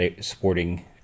sporting